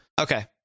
Okay